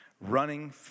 running